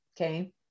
okay